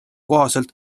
kohaselt